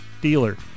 dealer